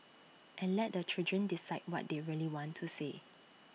and let the children decide what they really want to say